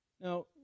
Now